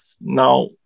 now